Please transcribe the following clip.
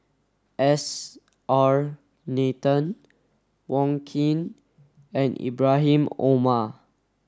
S R Nathan Wong Keen and Ibrahim Omar